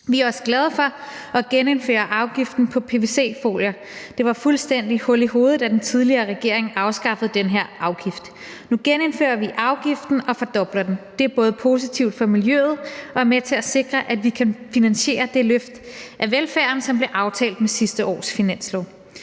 Vi er også glade for at genindføre afgiften på pvc-folier. Det var fuldstændig hul i hovedet, at den tidligere regering afskaffede den her afgift. Nu genindfører vi afgiften og fordobler den. Det er både positivt for miljøet og er med til at sikre, at vi kan finansiere det løft af velfærden, som vi aftalte med sidste års finanslov.